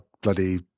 bloody